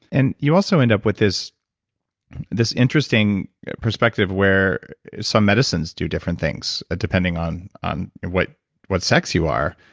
and you also end up with this this interesting perspective where some medicines do different things depending on on and what what sex you are,